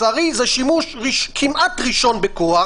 לצערי זה שימוש כמעט ראשון בכוח,